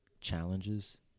challenges